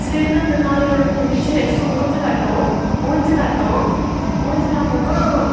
சரின்னு அந்த காளி ஆட்டமும் முடிஞ்சிருச்சி நெக்ஸ்ட்டு ஊஞ்சல் ஆட்டம் ஊஞ்சல் ஆட்டம் ஊஞ்சல் ஆட்டம்ன்னா